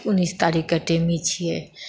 उन्नैस तारीखके टेमी छिऐ